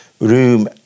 Room